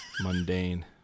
Mundane